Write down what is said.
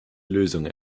lösung